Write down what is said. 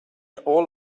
all